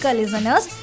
listeners